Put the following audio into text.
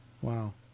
Wow